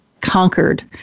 conquered